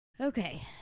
Okay